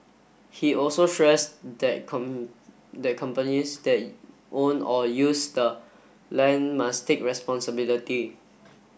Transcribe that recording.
he also stressed that that companies that own or use the land must take responsibility